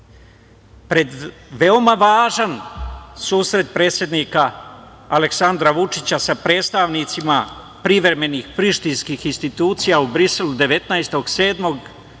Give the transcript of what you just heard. Pred veoma važan susret predsednika Aleksandra Vučića sa predstavnicima privremenih prištinskih institucija u Briselu 19.7.